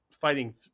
fighting